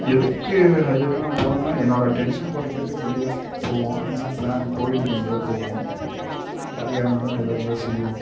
எதுக்கு இது ஹைலைட்டாக நான் போகறான்னா என்னோட டென்ஷன் கொறைக்கிறதுக்கு வெளியே போவோம் எல்லா பிளான் கோவிலுக்கு எங்கேயாவது போவோம் பரிகாரங்கள் எதாவது இருந்தா செய்வோம்